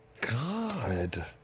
God